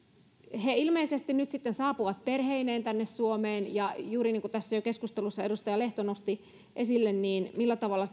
he ilmeisesti saapuvat perheineen tänne suomeen ja juuri niin kuin tässä keskustelussa edustaja lehto jo nosti esille niin millä tavalla